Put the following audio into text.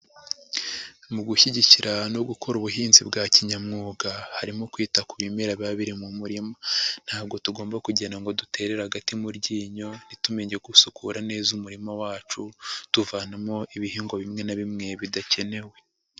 Mu gushyigikira no gukora ubuhinzi bwa kinyamwuga. Harimo kwita ku bimera biba biri mu murima. Ntabwo tugomba kugenda ngo duterera agati mu ryinyo, ntitumenye gusukura neza umurima wacu, tuvanamo ibihingwa bimwe na bimwe, bidakenewe.